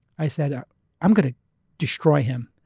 i said i'm going to destroy him.